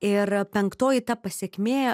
ir penktoji ta pasekmė